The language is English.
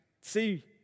see